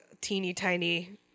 teeny-tiny